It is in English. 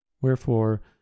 Wherefore